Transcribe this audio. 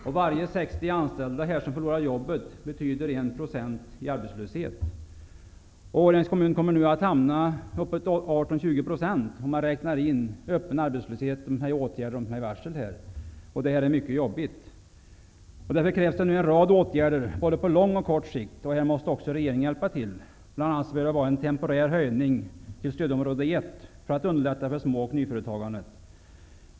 Varje grupp av 60 anställda som förlorar jobbet betyder 1 % i arbetslöshet. Årjängs kommun kommer nu att hamna på uppåt 18--20 % om man räknar in öppen arbetslöshet och dessa varsel. Detta är mycket besvärligt. Det krävs därför nu en rad åtgärder på både lång och kort sikt, och här måste också regeringen hjälpa till. Bl.a. måste en temporär placering i stödområde 1 till för att underlätta för små och nyföretagandet.